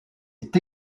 est